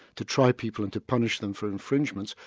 to try people and to punish them for infringements,